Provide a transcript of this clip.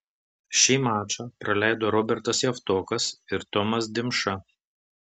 šį mačą praleido robertas javtokas ir tomas dimša